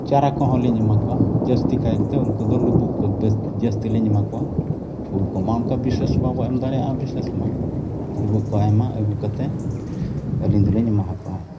ᱪᱟᱨᱟ ᱠᱚᱦᱚᱸ ᱞᱤᱧ ᱮᱢᱟ ᱠᱚᱣᱟ ᱡᱟᱹᱥᱛᱤ ᱠᱟᱭᱛᱮ ᱩᱱᱠᱩ ᱫᱚ ᱞᱩᱵᱩᱜ ᱠᱚ ᱡᱟᱹᱥᱛᱤ ᱞᱤᱧ ᱮᱢᱟ ᱠᱚᱣᱟ ᱵᱤᱥᱮᱹᱥ ᱵᱟᱵᱚᱱ ᱮᱢ ᱫᱟᱲᱮᱭᱟᱜᱟ ᱵᱤᱥᱮᱹᱥ ᱢᱟ ᱞᱩᱵᱩᱜ ᱠᱚ ᱟᱭᱢᱟ ᱟᱹᱜᱩ ᱠᱟᱛᱮᱫ ᱟᱹᱞᱤᱧ ᱫᱚᱞᱤᱧ ᱮᱢᱟᱣ ᱠᱚᱣᱟ